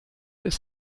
ist